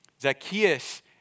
Zacchaeus